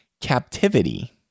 Captivity